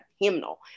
hymnal